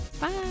Bye